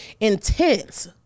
intense